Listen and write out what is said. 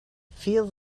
feel